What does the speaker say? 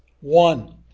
one